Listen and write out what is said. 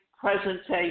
presentation